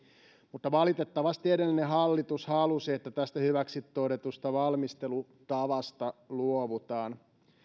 mutta valitettavasti edellinen hallitus halusi että tästä hyväksi todetusta valmistelutavasta luovutaan